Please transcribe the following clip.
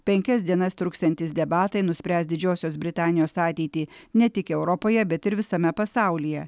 penkias dienas truksiantys debatai nuspręs didžiosios britanijos ateitį ne tik europoje bet ir visame pasaulyje